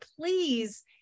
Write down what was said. please